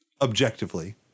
objectively